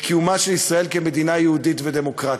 קיומה של ישראל כמדינה יהודית ודמוקרטית.